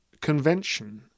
convention